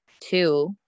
two